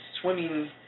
swimming